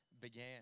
began